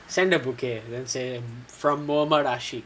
send a bouquet then say from walmart ashi